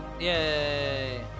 Yay